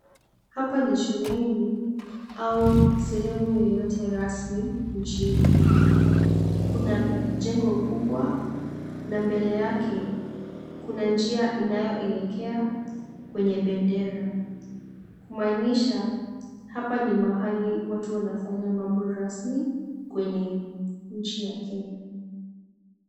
Hapa ni shuleni au sehemu yeyote rasmi nchini. Kuna jengo kubwa na mbele yake kuna njia inayoelekea kwenye bendera, kumaanisha hapa ni mahali watu wanafanya mambo rasmi kwenye nchi ya Kenya.